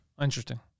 Interesting